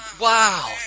wow